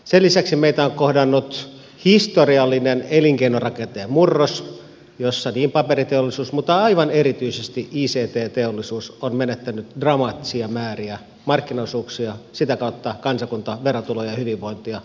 sen lisäksi meitä on kohdannut historiallinen elinkeinorakenteen murros jossa paperiteollisuus mutta aivan erityisesti ict teollisuus on menettänyt dramaattisia määriä markkinaosuuksia ja kansakunta sitä kautta verotuloja ja hyvinvointia lyhyessä ajassa